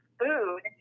food